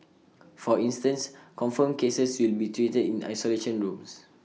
for instance confirmed cases will be treated in isolation rooms